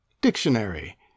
Dictionary